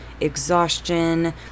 exhaustion